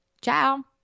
Ciao